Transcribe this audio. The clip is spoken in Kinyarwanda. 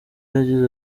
yagize